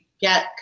get